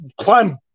climb